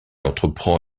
entreprend